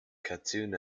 cartoon